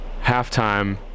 halftime